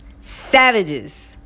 savages